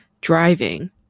driving